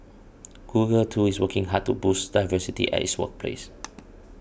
google too is working hard to boost diversity at its workplace